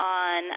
on